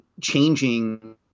changing